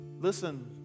Listen